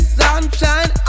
sunshine